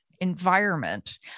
environment